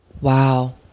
Wow